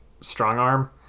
Strongarm